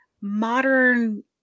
modern